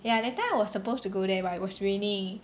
ya that time I was supposed to go there but it was raining